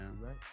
right